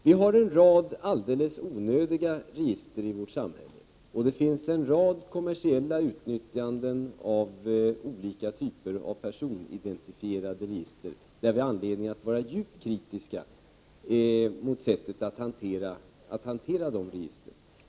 Vi har en rad alldeles onödiga register i vårt samhälle, och det finns en rad kommersiella utnyttjanden av olika typer av personidentifierade register, där vi har anledning att vara djupt kritiska mot sättet att hantera registren.